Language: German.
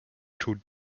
tut